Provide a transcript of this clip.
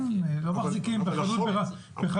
לא מחזיקים בחנות